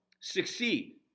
succeed